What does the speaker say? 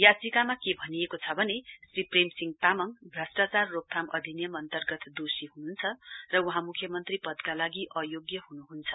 याचिकामा के भनिएको छ भने श्री प्रेमसिंह तामाङ भ्रस्टाचार रोकथाम अधिनियम अन्तर्गत दोषी हुनुहुन्छ र वहाँ मुख्यमन्त्री पदका लागि अयोग्य हुनुहुन्छ